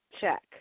Check